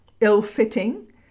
ill-fitting